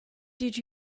did